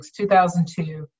2002